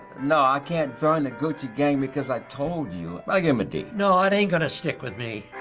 no, i can't join the gucci gang, because i told you, i give him a d. no, it ain't gonna stick with me.